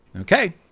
Okay